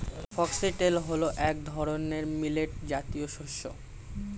foxtail হল এক ধরনের মিলেট জাতীয় শস্য